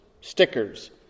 stickers